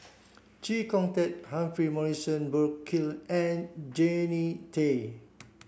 Chee Kong Tet Humphrey Morrison Burkill and Jannie Tay